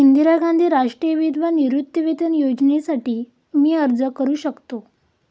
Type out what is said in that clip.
इंदिरा गांधी राष्ट्रीय विधवा निवृत्तीवेतन योजनेसाठी मी अर्ज करू शकतो?